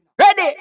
Ready